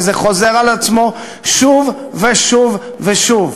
כי זה חוזר על עצמו שוב ושוב ושוב.